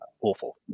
awful